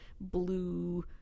blue